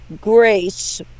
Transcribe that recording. Grace